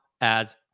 ads